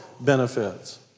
benefits